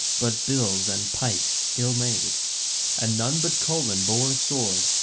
but bills and pikes ill-made and none but colan bore a sword,